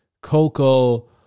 coco